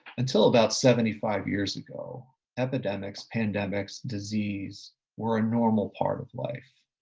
until about seventy five years ago epidemics, pandemics, disease were a normal part of life.